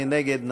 מי נגד?